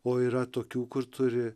o yra tokių kur turi